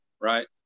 right